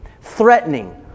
threatening